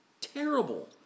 Terrible